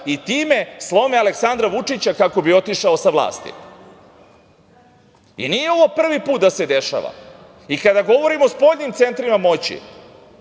i time slome Aleksandra Vučića kako bi otišao sa vlasti. Nije ovo prvi put da se dešava. Kada govorimo o spoljnim centrima moći,